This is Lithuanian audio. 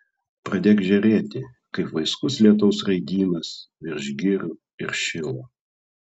pradėk žėrėti kaip vaiskus lietaus raidynas virš girių ir šilo